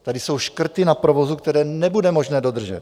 Tady jsou škrty na provozu, které nebude možné dodržet.